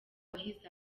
wahize